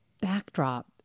backdrop